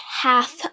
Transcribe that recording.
half